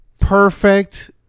perfect